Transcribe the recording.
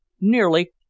Nearly